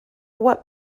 what